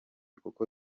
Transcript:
kuko